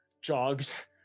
Jogs